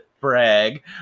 Brag